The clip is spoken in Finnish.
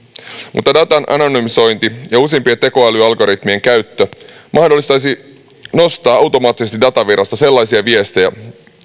mutta datan anonymisointi ja uusimpien tekoälyalgoritmien käyttö mahdollistaisi nostaa automaattisesti datavirrasta sellaisia viestejä